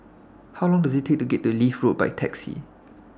How Long Does IT Take to get to Leith Road By Taxi